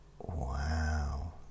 wow